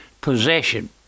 possession